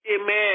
Amen